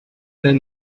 then